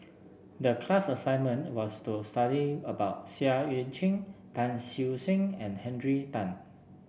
the class assignment was to study about Seah Eu Chin Tan Siew Sin and Henry Tan